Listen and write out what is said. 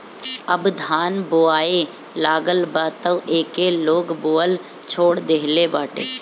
अब धान बोआए लागल बा तअ एके लोग बोअल छोड़ देहले बाटे